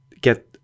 get